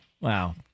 wow